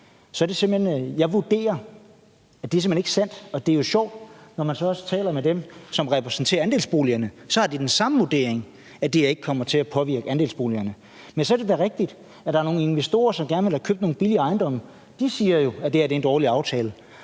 det simpelt hen ikke er sandt. Det er sjovt, for når man taler med dem, som repræsenterer andelsboligerne, har de den samme vurdering, nemlig at det her ikke kommer til at påvirke andelsboligerne. Så er det da rigtigt, at der er nogle investorer, som gerne ville have købt nogle billige ejendomme, og de siger, at det her er en dårlig aftale,